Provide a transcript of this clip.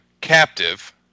captive